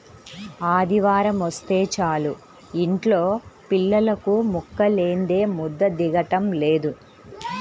ఆదివారమొస్తే చాలు యింట్లో పిల్లలకు ముక్కలేందే ముద్ద దిగటం లేదు